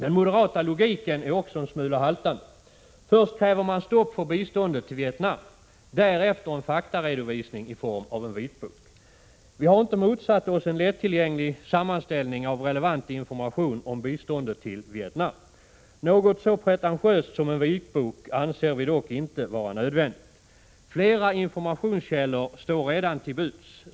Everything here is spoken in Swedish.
Den moderata logiken är också en smula haltande. Först kräver man stopp för biståndet till Vietnam, därefter en faktaredovisning i form av en vitbok. Vi har inte motsatt oss en lättillgänglig sammanställning av relevant information om biståndet till Vietnam. Något så pretentiöst som en vitbok anser vi dock inte vara nödvändigt. Flera informationskällor står redan till buds.